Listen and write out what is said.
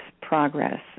progress